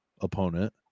opponent